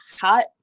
hot